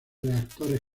reactores